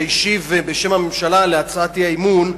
שהשיב בשם הממשלה על הצעת האי-אמון,